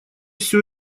все